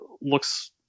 looks